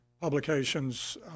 publications